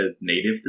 native